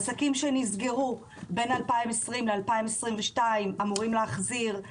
עסקים שנסגרו בין 2020 - 2022 אמורים להחזיר.